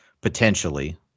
potentially